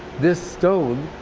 this stone